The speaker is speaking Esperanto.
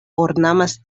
ornamas